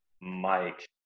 Mike